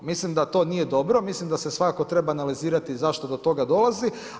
Mislim da to nije dobro, mislim da se svakako treba analizirati zašto do toga dolazi.